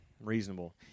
Reasonable